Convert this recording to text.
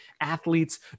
athletes